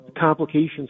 complications